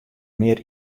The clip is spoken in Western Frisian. mear